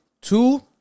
Two